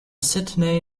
sydney